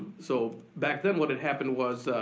so back then what had happened was,